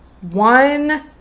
one